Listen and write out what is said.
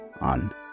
on